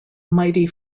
mighty